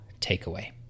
takeaway